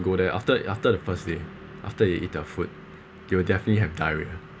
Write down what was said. go there after it after the first day after they eat their food they will definitely have diarrhoea